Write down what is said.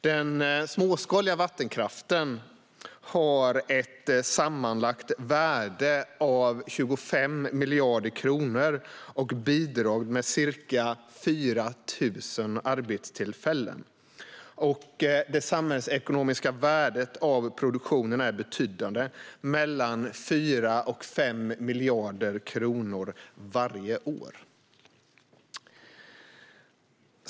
Den småskaliga vattenkraften har ett sammanlagt värde av 25 miljarder kronor och bidrar med ca 4 000 arbetstillfällen. Det samhällsekonomiska värdet av produktionen är betydande - mellan 4 och 5 miljarder kronor varje år.